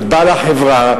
את בעל החברה,